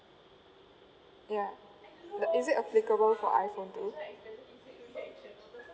ya uh is it applicable for iPhone too